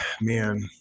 Man